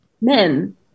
men